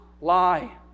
lie